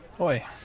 Oi